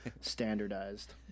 standardized